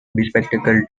bespectacled